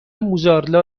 موزارلا